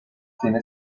cine